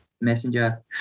Messenger